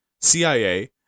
CIA